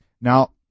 Now